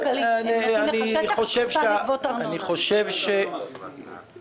סמוטריץ': אני לא יודע מי הבן אדם,